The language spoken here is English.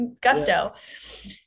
gusto